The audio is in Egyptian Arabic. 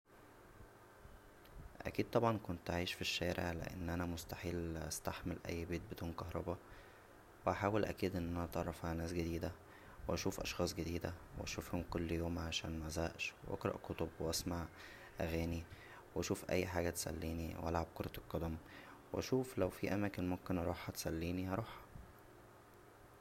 اكيد طبعا كنت هعيش فالشارع لان انا مستحيل استحمل اى بيت بدون كهربا و هحاول اكيد ان انا اتعرف على ناس جديده و اشوف اشخاص جديده و اشوفهم كل يوم عشان مزهقش و اقرا كتب واسمع اغانى و اشوف اى حاجه تسلينى و العب كورة القدم و اشوف لو فيه اماكن ممكن اروحها تسلينى هروحها